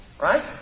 Right